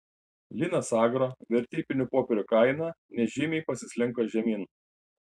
linas agro vertybinių popierių kaina nežymiai pasislinko žemyn